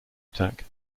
attack